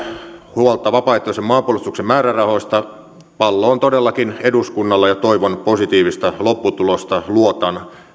huolta vapaaehtoisen maanpuolustuksen määrärahoista pallo on todellakin eduskunnalla ja toivon positiivista lopputulosta luotan